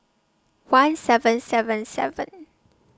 one seven seven seven